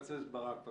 אני